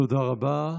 תודה רבה.